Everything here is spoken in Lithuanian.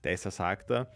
teisės aktą